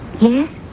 Yes